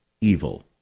evil